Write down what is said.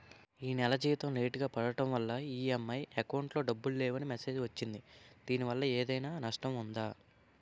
ఈ నెల జీతం లేటుగా పడటం వల్ల ఇ.ఎం.ఐ అకౌంట్ లో డబ్బులు లేవని మెసేజ్ వచ్చిందిదీనివల్ల ఏదైనా నష్టం ఉందా?